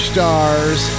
Stars